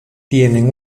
tienen